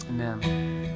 Amen